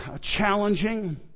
challenging